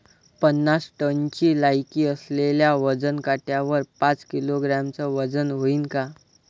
पन्नास टनची लायकी असलेल्या वजन काट्यावर पाच किलोग्रॅमचं वजन व्हईन का?